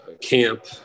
camp